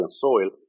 soil